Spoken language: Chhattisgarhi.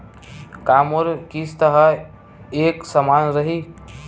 का मोर किस्त ह एक समान रही?